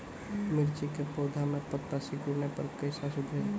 मिर्ची के पौघा मे पत्ता सिकुड़ने पर कैना सुधरतै?